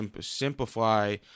simplify